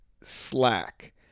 slack